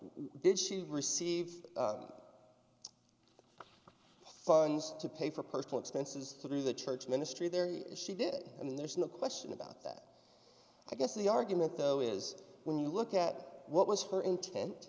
did she receive funds to pay for personal expenses through the church ministry there she did and there's no question about that i guess the argument though is when you look at what was her in